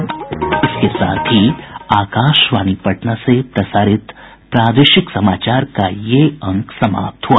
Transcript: इसके साथ ही आकाशवाणी पटना से प्रसारित प्रादेशिक समाचार का ये अंक समाप्त हुआ